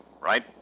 right